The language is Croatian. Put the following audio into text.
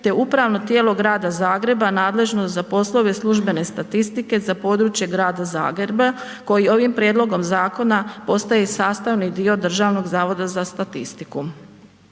te Upravno tijelo grada Zagreba nadležno za poslove službene statistike za područje Grada Zagreba koji ovim prijedlogom zakona postaje sastavni dio Državnog zavoda za statistiku.